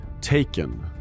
taken